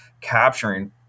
capturing